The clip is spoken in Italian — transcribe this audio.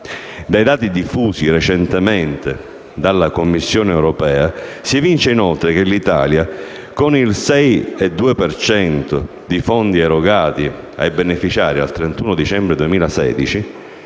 Dai dati diffusi recentemente dalla Commissione europea, si evince inoltre che l'Italia, con il 6,2 per cento dei fondi erogati ai beneficiari al 31 dicembre 2016,